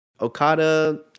okada